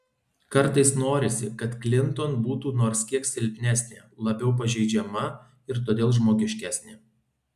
kartais norisi kad klinton būtų nors kiek silpnesnė labiau pažeidžiama ir todėl žmogiškesnė